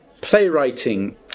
playwriting